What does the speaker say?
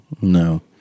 No